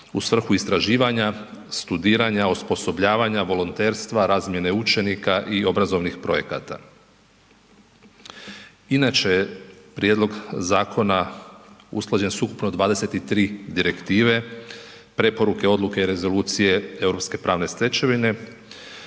u svrhu istraživanja, studiranja, osposobljavanja, volonterstva, razmjene učenika i obrazovnih projekata. Inače, prijedlog zakona usklađen s ukupno 23 direktive, preporuke, odluke i rezolucije europske pravne stečevine